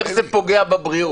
איך זה פוגע בבריאות?